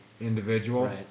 individual